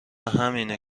همینه